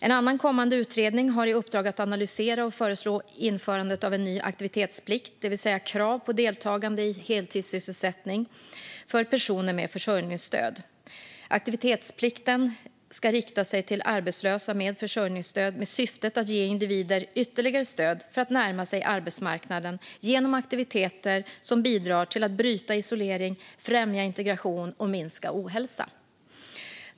En annan kommande utredning har i uppdrag att analysera och föreslå införandet av en ny aktivitetsplikt, det vill säga krav på deltagande i heltidssysselsättning för personer med försörjningsstöd. Aktivitetsplikten ska rikta sig till arbetslösa med försörjningsstöd med syftet att ge individer ytterligare stöd för att närma sig arbetsmarknaden genom aktiviteter som bidrar till att bryta isolering, främja integration och minska ohälsa.